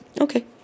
Okay